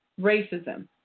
racism